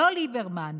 לא ליברמן,